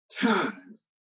times